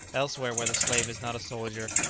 elsewhere, where the slave is not a soldier,